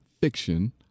fiction